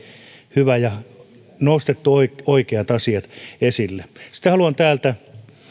hyvä ja siinä oli nostettu oikeat asiat esille sitten haluan täältä